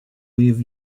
with